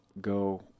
Go